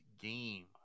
game